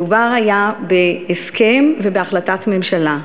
מדובר היה בהסכם ובהחלטת ממשלה.